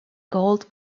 gold